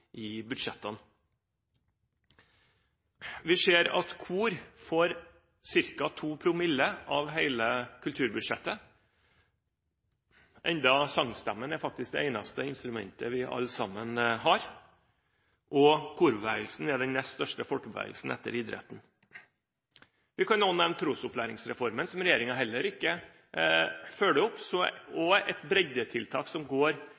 i budsjettene. Vi ser at kor får ca. 2 ‰ av hele kulturbudsjettet, enda sangstemmen faktisk er det eneste instrumentet vi alle sammen har, og korbevegelsen er den nest største folkebevegelsen etter idretten. Vi kan også nevne trosopplæringsreformen, som regjeringen heller ikke følger opp, og et breddetiltak som går